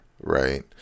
right